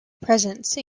presence